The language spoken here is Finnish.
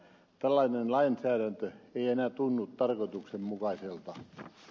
tällainen lainsäädäntö ei enää tunnu tarkoituksenmukaiselta